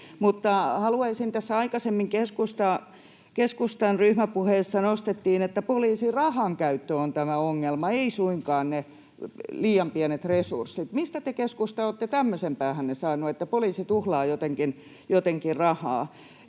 vuotta. Tässä aikaisemmin keskustan ryhmäpuheessa nostettiin, että poliisin rahankäyttö on tämä ongelma, eivät suinkaan liian pienet resurssit. Mistä te, keskusta, olette tämmöisen päähänne saaneet, että poliisi tuhlaa jotenkin rahaa?